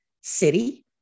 city